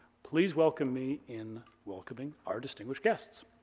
please welcome me in welcoming our distinguished guests.